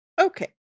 Okay